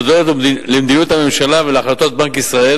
הודות למדיניות הממשלה ולהחלטות בנק ישראל